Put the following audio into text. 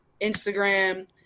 Instagram